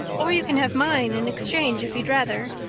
or you can have mine in exchange if you'd rather.